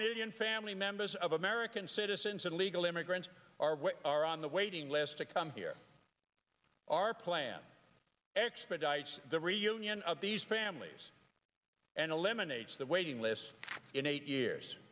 million family members of american citizens and legal immigrants are on the waiting list to come here our plan expedite the reunion of these families and eliminates the waiting lists in eight years